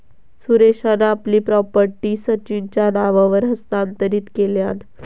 सुरेशान आपली प्रॉपर्टी सचिनच्या नावावर हस्तांतरीत केल्यान